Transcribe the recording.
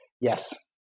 Yes